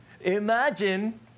Imagine